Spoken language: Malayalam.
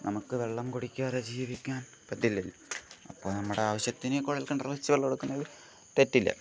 നമുക്ക് വെള്ളം കുടിക്കാതെ ജീവിക്കാൻ പറ്റില്ലല്ലോ അപ്പം നമ്മുടെ ആവശ്യത്തിന് കുഴൽ കിണർ വെച്ച് വെള്ളം എടുക്കുന്നതിൽ തെറ്റില്ല